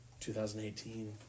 2018